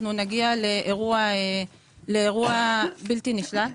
אנחנו נגיע לאירוע בלתי נשלט.